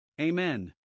Amen